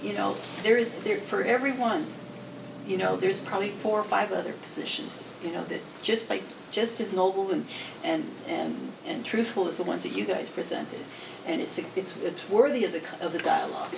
you know there is there for everyone you know there's probably four or five other positions you know that just like just as noble and and and and truthful as the ones that you guys presented and it's a good worthy of the kind of the dialogue